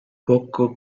poco